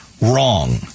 wrong